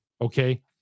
Okay